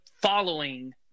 following